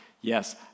yes